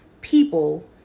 people